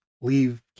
leave